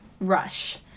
rush